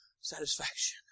satisfaction